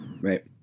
Right